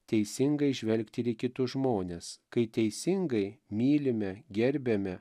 teisingai žvelgti ir į kitus žmones kai teisingai mylime gerbiame